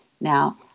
Now